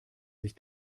sich